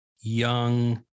young